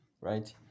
right